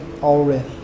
already